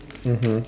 mmhmm